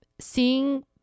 seeing